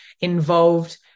involved